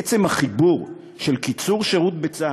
עצם החיבור של קיצור שירות בצה"ל,